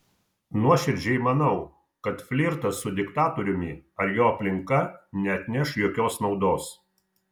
nuoširdžiai manau kad flirtas su diktatoriumi ar jo aplinka neatneš jokios naudos